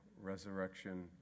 resurrection